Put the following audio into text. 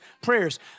prayers